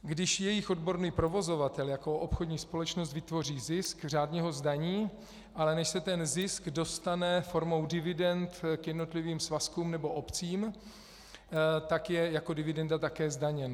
Když jejich odborný provozovatel jako obchodní společnost vytvoří zisk, řádně ho zdaní, ale než se ten zisk dostane formou dividend k jednotlivým svazkům nebo obcím, tak je jako dividenda také zdaněn.